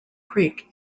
creek